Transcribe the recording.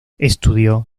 estudió